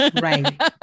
Right